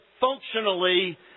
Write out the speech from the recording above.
functionally